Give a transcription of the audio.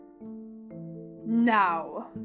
Now